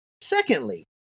Secondly